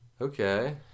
okay